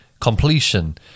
completion